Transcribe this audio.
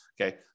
Okay